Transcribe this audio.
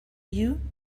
you